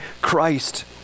Christ